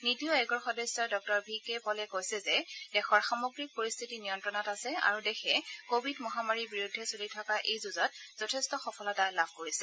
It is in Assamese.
নীতি আয়োগৰ সদস্য ডঃ ভি কে পলে কৈছে যে দেশৰ সামগ্ৰিক পৰিস্থিতি নিয়ন্তণত আছে আৰু দেশে কোভিড মহামাৰীৰ বিৰুদ্ধে চলি থকা এই যুঁজত যথেষ্ট সফলতা লাভ কৰিছে